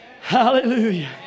Hallelujah